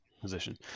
position